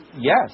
yes